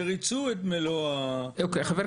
שריצו את מלוא --- לא,